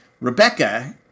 Rebecca